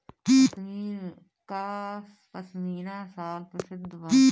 कश्मीर कअ पशमीना शाल प्रसिद्ध बाटे